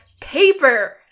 paper